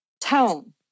tone